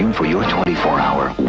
for your twenty four hour